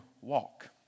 walk